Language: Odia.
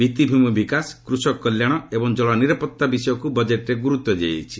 ଭିତ୍ତିଭୂମି ବିକାଶ କୃଷକ କଲ୍ୟାଣ ଏବଂ ଜଳ ନିରାପତ୍ତା ବିଷୟକୁ ବଜେଟ୍ରେ ଗୁରୁତ୍ୱ ଦିଆଯାଇଛି